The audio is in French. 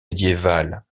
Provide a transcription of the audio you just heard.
médiévale